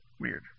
Weird